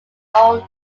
own